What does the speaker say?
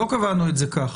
לא קבענו את זה כך.